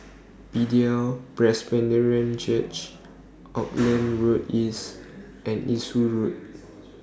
Bethel Presbyterian Church Auckland Road East and Eastwood Road